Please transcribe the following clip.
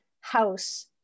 house